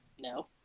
no